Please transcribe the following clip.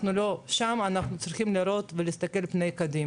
אנחנו לא שם, אנחנו צריכים להסתכל עם הפנים קדימה.